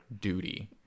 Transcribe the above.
duty